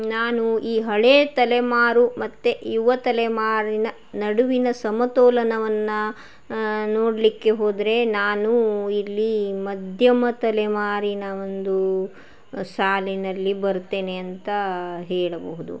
ನಾನು ಈ ಹಳೆ ತಲೆಮಾರು ಮತ್ತು ಯುವ ತಲೆಮಾರಿನ ನಡುವಿನ ಸಮತೋಲನವನ್ನು ನೋಡಲಿಕ್ಕೆ ಹೋದರೆ ನಾನು ಇಲ್ಲಿ ಮಧ್ಯಮ ತಲೆಮಾರಿನ ಒಂದು ಸಾಲಿನಲ್ಲಿ ಬರ್ತೇನೆ ಅಂತ ಹೇಳಬಹುದು